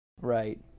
Right